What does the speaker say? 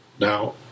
Now